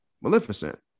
Maleficent